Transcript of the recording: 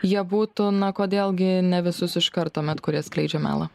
jie būtų na kodėl gi ne visus iškart tuomet kurie skleidžia melą